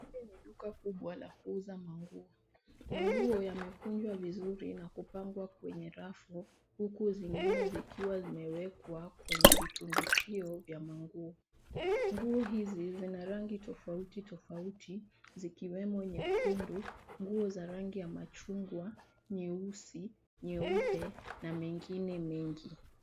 Hili ni duka kubwa la kuuza manguo. Manguo yamekunjwa vizuri na kupangwa kwenye rafu huku zingine zikiwa zimewekwa kwenye vitundikio vya manguo. Nguo hizi zina rangi tofauti tofauti zikiwemo nyekundu, nguo za rangi ya machungwa, nyeusi, nyeupe na mengine mengi.